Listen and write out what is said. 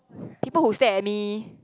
people who stare at me